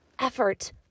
effort